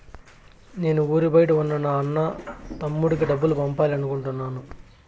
నేను ఊరి బయట ఉన్న నా అన్న, తమ్ముడికి డబ్బులు పంపాలి అనుకుంటున్నాను